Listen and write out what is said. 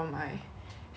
很多人在做工